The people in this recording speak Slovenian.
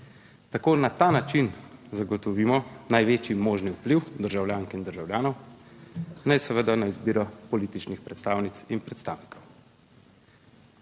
tako na ta način zagotovimo največji možni vpliv državljank in državljanov na seveda na izbiro političnih predstavnic in predstavnikov.